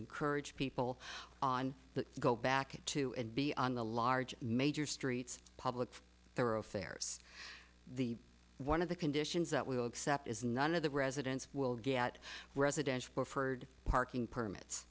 to courage people on the go back to and be on the large major streets public thoroughfares the one of the conditions that we will accept is none of the residents will get residential preferred parking permits